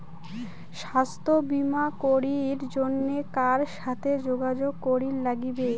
স্বাস্থ্য বিমা করির জন্যে কার সাথে যোগাযোগ করির নাগিবে?